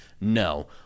no